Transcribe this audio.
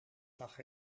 zag